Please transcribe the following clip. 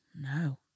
No